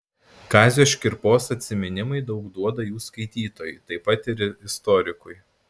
kazio škirpos atsiminimai daug duoda jų skaitytojui taip pat ir istorikui